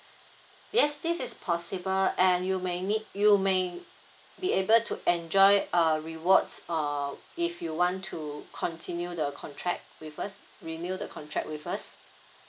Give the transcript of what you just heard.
yes this is possible and you may need you may be able to enjoy err rewards or if you want to continue the contract with us renew the contract with us